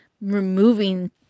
removing